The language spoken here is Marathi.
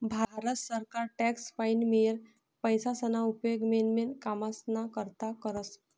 भारत सरकार टॅक्स पाईन मियेल पैसाना उपेग मेन मेन कामेस्ना करता करस